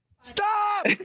Stop